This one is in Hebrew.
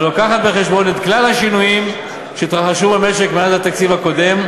הלוקחת בחשבון את כלל השינויים שהתרחשו במשק מאז התקציב הקודם,